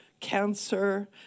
cancer